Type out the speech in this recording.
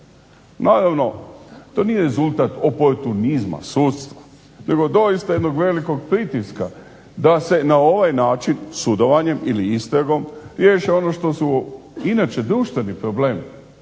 Naravno, to nije rezultat oportunizma, sudstva, nego doista jednog velikog pritiska da se na ovaj način sudovanjem ili istragom riješe ono što su inače društveni problem